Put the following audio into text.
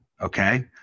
okay